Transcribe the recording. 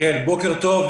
בוקר טוב.